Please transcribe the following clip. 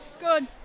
Good